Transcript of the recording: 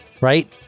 right